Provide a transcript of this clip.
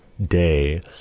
day